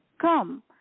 come